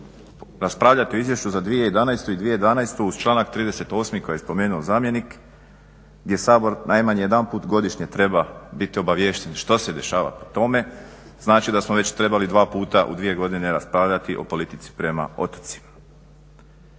raspravljati o izvješću za 2011. i 2012. uz članak 38. koji je spomenuo zamjenik gdje Sabor najmanje jedanput godišnje treba biti obaviješten što se dešava po tome, znači da smo već trebali dva puta u dvije godine raspravljati o politici prema otocima.